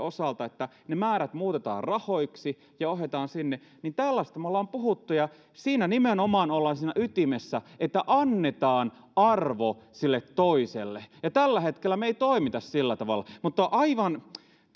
osalta että ne määrät muutetaan rahoiksi ja ohjataan sinne tällaisesta me olemme puhuneet ja siinä nimenomaan ollaan siinä ytimessä että annetaan arvo sille toiselle tällä hetkellä me emme toimi sillä tavalla mutta